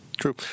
True